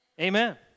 Amen